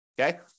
Okay